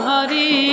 Hari